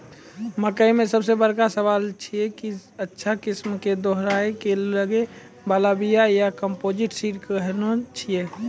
मकई मे सबसे बड़का सवाल छैय कि अच्छा किस्म के दोहराय के लागे वाला बिया या कम्पोजिट सीड कैहनो छैय?